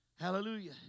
Hallelujah